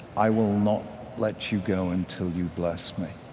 i will not let you go until you bless me.